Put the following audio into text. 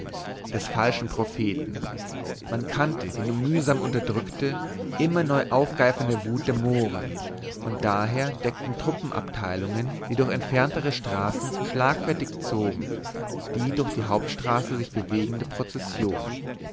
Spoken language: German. des falschen propheten man kannte die nur mühsam unterdrückte immer neu aufgeifernde wut der mohren und daher deckten truppenabteilungen die durch entferntere straßen schlagfertig zogen die durch die hauptstraße sich bewegende prozession